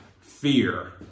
fear